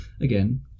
again